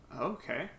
Okay